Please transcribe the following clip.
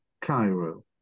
Cairo